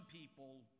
people